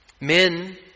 Men